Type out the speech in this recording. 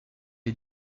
est